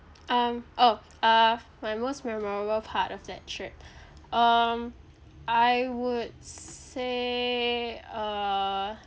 um orh uh my most memorable part of that trip um I would s~ say uh